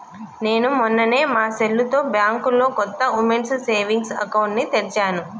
నేను మొన్ననే మా సెల్లుతో బ్యాంకులో కొత్త ఉమెన్స్ సేవింగ్స్ అకౌంట్ ని తెరిచాను